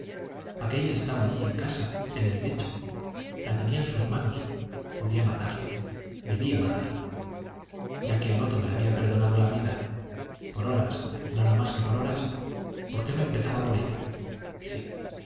aquella estaba allí en casa en el lecho la tenía en sus manos podía matarla debía matarla ya que al otro le había perdonado la vida por horas nada más que por horas por qué no empezaba por ella sí